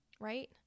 right